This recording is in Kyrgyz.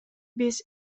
биз